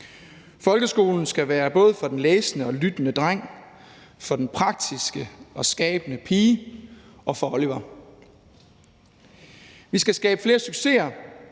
Folkeskolen skal være både for den læsende og lyttende dreng, for den praktiske og skabende pige og for Oliver. Vi skal skabe flere succeser,